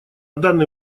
данный